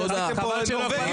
תהיה רגוע, אל תילחץ.